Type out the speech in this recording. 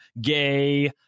gay